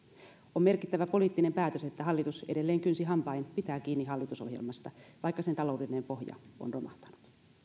on merkittävä poliittinen päätös että hallitus edelleen kynsin hampain pitää kiinni hallitusohjelmasta vaikka sen taloudellinen pohja on romahtanut